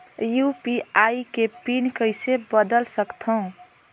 UPI के PIN कइसे बदल सकथव?